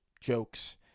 jokes